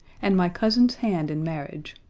and my cousin's hand in marriage.